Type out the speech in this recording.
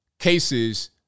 cases